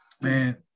man